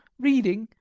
reading,